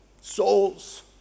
souls